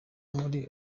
muri